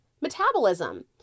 Metabolism